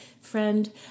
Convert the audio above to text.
friend